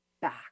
back